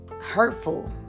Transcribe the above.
hurtful